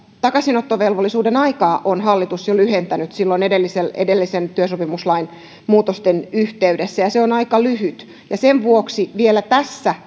takaisinottovelvollisuuden aikaa on hallitus jo lyhentänyt silloin edellisten edellisten työsopimuslain muutosten yhteydessä ja se on aika lyhyt sen vuoksi vielä tässä